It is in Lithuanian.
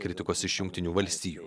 kritikos iš jungtinių valstijų